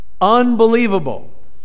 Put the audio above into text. Unbelievable